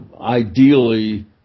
ideally